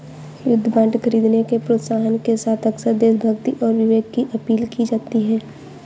युद्ध बांड खरीदने के प्रोत्साहन के साथ अक्सर देशभक्ति और विवेक की अपील की जाती है